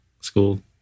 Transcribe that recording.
school